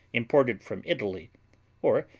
imported from italy or,